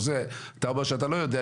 אתה אומר שאתה לא יודע,